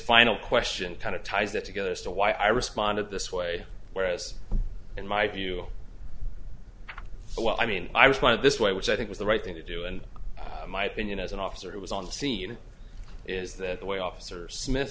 final question kind of ties that together as to why i responded this way whereas in my view well i mean i was one of this way which i think was the right thing to do and my opinion as an officer who was on the scene is that the way officer smith